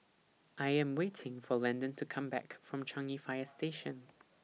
I Am waiting For Landon to Come Back from Changi Fire Station